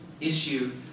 issue